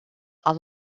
are